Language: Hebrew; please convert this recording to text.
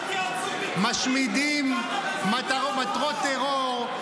משמידים מטרות טרור,